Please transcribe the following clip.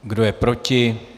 Kdo je proti?